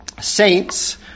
saints